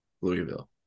Louisville